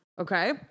Okay